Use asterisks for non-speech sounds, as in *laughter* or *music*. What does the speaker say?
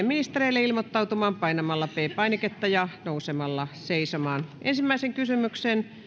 *unintelligible* ministerille ilmoittautumaan painamalla p painiketta ja nousemalla seisomaan ensimmäisen kysymyksen